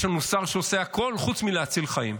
יש לנו שר שעושה הכול חוץ מלהציל חיים.